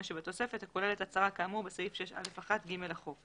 שבתוספת הכוללת הצהרה כאמור בסעיף 6א1(ג) לחוק.